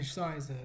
size